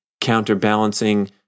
counterbalancing